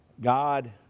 God